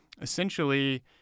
essentially